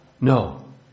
no